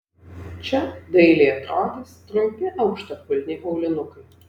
čia dailiai atrodys trumpi aukštakulniai aulinukai